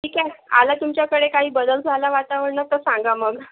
ठीक आहे आला तुमच्याकडे काही बदल झाला वातावरणात तर सांगा मग